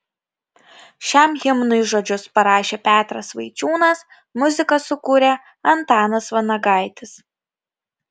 šiam himnui žodžius parašė petras vaičiūnas muziką sukūrė antanas vanagaitis